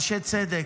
אנשי צדק,